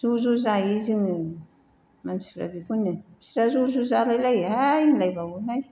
ज' ज' जायो जोङो मानसिफ्रा बेखौनो होनो बिसोरहा ज' ज' जालायलायोहाय होनलायबावोहाय